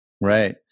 Right